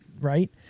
Right